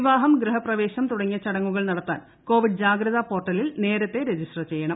വിവാഹം ഗൃഹപ്രവ്യേൾട് തുടങ്ങിയ ചടങ്ങുകൾ നടത്താൻ കോവിഡ് ജാഗ്രതാ പ്പോർട്ടലിൽ നേരത്തെ രജിസ്റ്റർ ചെയ്യണം